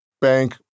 Bank